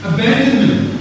Abandonment